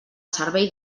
servei